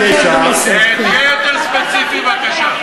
תהיה יותר ספציפי בבקשה.